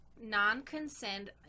Non-consent